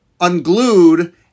Unglued